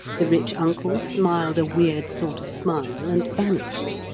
the rich uncle smiled a weird sort of smile and vanished.